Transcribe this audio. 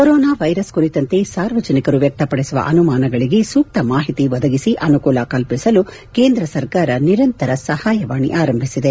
corona virus ಕುರಿತಂತೆ ಸಾರ್ವಜನಿಕರು ವ್ಯಕ್ತಪಡಿಸುವ ಅನುಮಾನಗಳಿಗೆ ಸೂಕ್ತ ಮಾಹಿತಿ ಒದಗಿಸಿ ಅನುಕೂಲ ಕಲ್ಪಿಸಲು ಕೇಂದ್ರ ಸರ್ಕಾರ ನಿರಂತರ ಸಹಾಯವಾಣಿ ಆರಂಭಿಸಿದೆ